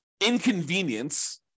inconvenience